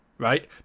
right